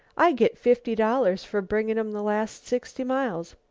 i git fifty dollars for bringin' em the last sixty miles.